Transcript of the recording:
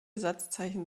satzzeichen